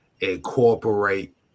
incorporate